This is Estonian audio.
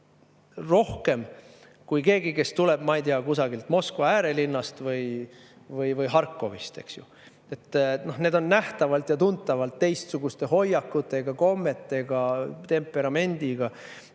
rohkem kui keegi, kes tuleb, ma ei tea, Moskva äärelinnast või Harkivist. Need on nähtavalt ja tuntavalt teistsuguste hoiakutega, kommetega ja temperamendiga